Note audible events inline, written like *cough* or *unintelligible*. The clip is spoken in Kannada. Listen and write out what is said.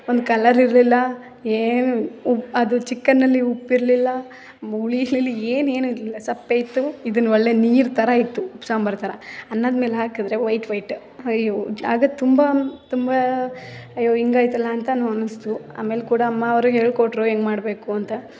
ಒಂದು ಕಲರ್ ಇರಲಿಲ್ಲ ಏನು ಉ ಅದು ಚಿಕನ್ನಲ್ಲಿ ಉಪ್ಪು ಇರಲಿಲ್ಲ ಹುಳಿ *unintelligible* ಏನು ಏನು ಇರಲಿಲ್ಲ ಸಪ್ಪೆ ಇತ್ತು ಇದನ್ನ ಒಳ್ಳೆ ನೀರು ಥರ ಇತ್ತು ಉಪ್ಪು ಸಾಂಬಾರು ಥರ ಅನ್ನದ ಮೇಲೆ ಹಾಕಿದ್ರೆ ವೈಟ್ ವೈಟ್ ಅಯ್ಯೋ ಆಗ ತುಂಬ ತುಂ ಅಯ್ಯೋ ಹಿಂಗೆ ಆಯಿತಲ್ಲ ಅಂತಲೂ ಅನ್ನಿಸ್ತು ಆಮೇಲೆ ಕೂಡ ಅಮ್ಮವ್ರು ಹೇಳ್ಕೊಟ್ಟರು ಹೆಂಗೆ ಮಾಡಬೇಕು ಅಂತ